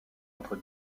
entre